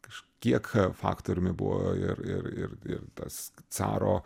kažkiek faktoriumi buvo ir ir ir ir tas caro